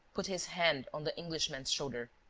put his hand on the englishman's shoulder